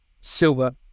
silver